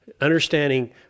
understanding